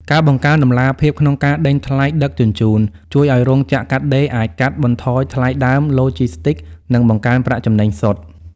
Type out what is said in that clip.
ការបង្កើនតម្លាភាពក្នុងការដេញថ្លៃដឹកជញ្ជូន ជួយឱ្យរោងចក្រកាត់ដេរអាចកាត់បន្ថយថ្លៃដើមឡូជីស្ទីក និងបង្កើនប្រាក់ចំណេញសុទ្ធ។